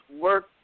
work